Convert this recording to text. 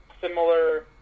similar